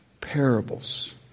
parables